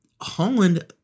Holland